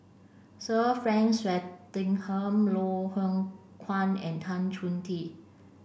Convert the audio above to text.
Sir Frank Swettenham Loh Hoong Kwan and Tan Chong Tee